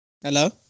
Hello